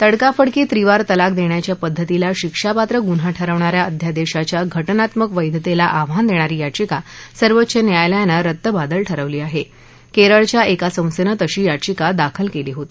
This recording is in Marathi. तडकाफडकी त्रिवार तलाक दष्ट्राच्या पद्धतीला शिक्षापात्र गुन्हा ठरवणाऱ्या अध्यादश्राच्या घटनात्मक वैधतसी आव्हान दण्परी याचिका सर्वोच्च न्यायालयानं रद्दबातल ठरवली आहा केळिच्या एका संस्थापतशी याचिका दाखल कळी होती